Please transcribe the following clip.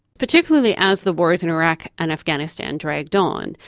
particularly as the wars in iraq and afghanistan dragged on,